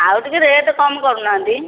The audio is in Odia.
ଆଉ ଟିକେ ରେଟ୍ କମ କରୁନାହାନ୍ତି